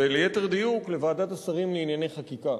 וליתר דיוק, לוועדת השרים לענייני חקיקה